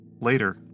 Later